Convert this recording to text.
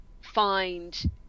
find